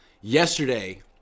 Yesterday